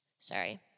Sorry